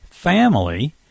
family